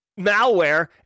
malware